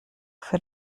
für